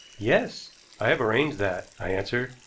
yes i have arranged that, i answered.